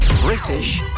british